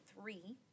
three